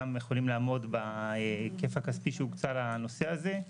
יכולים לעמוד בהיקף הכספי שהוקצה לנושא הזה.